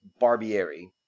Barbieri